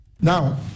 Now